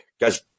guys